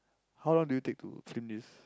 how long do you take to film this